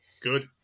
Good